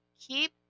keep